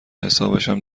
حسابشم